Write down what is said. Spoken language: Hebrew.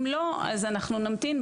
אם לא אז נמתין.